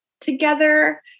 together